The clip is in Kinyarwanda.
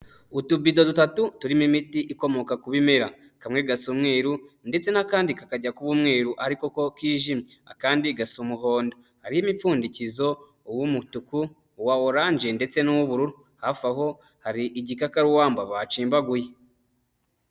Utubido dutatu turimo imiti ikomoka ku bimera, kamwe gasa umweru ndetse n'akandi kakajya kuba umweru ariko ko kijimye akandi gasa umuhondo, hariho imipfundikizo uw'umutuku uwa oranje ndetse n'ubururu, hafi aho hari igikakarubamba bacimbaguye.